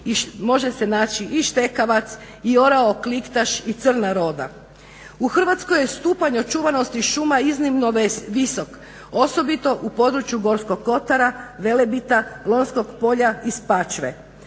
može se naći i štekavac i orao kliktaš i crna roda. U Hrvatskoj je stupanj očuvanosti šuma iznimno visok, osobito u području Gorskog kotara, Velebita, Lonjskog polja i Spačve,